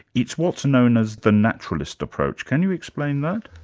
it's what's known as the naturalist approach can you explain that?